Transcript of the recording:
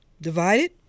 Divided